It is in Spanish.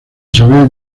isabel